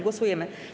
Głosujemy.